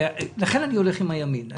לכן אני הולך עם הימין.